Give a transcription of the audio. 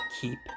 keep